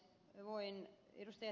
voin ed